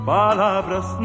palabras